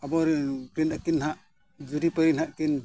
ᱟᱵᱚ ᱨᱮᱱ ᱩᱱᱠᱤᱱ ᱟᱹᱠᱤᱱ ᱱᱟᱦᱟᱜ ᱡᱩᱨᱤᱯᱟᱹᱨᱤ ᱱᱟᱦᱟᱜ ᱠᱤᱱ